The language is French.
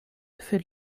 fait